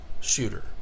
shooter